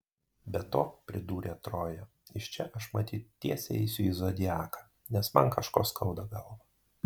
be to pridūrė troja iš čia aš matyt tiesiai eisiu į zodiaką nes man kažko skauda galvą